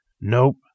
Nope